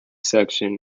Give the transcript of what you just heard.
section